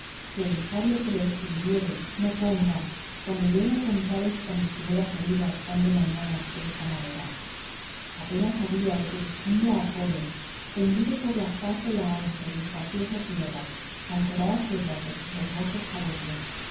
que el sabio que los escribiere no ponga cuando llegue a contar esta mi primera salidad tan de mañana desta manera apenas había el rubicundo apolo tendido por la faz de la ancha y espaciosa tierra las doradas hebras de sus hermosos cabellos